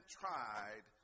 tried